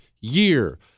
year